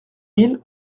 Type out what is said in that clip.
mille